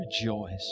rejoice